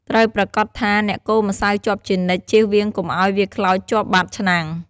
ត្រូវប្រាកដថា អ្នកកូរម្សៅជាប់ជានិច្ច ជៀសវាងកុំឱ្យវាខ្លោចជាប់បាតឆ្នាំង។